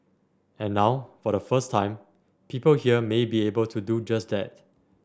and now for the first time people here may be able to do just that